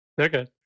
okay